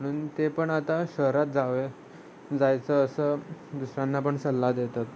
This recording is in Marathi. म्हणून ते पण आता शहरात जावे जायचं असं दुसऱ्यांना पण सल्ला देतात